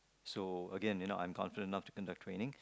so again you know I'm confident enough to conduct training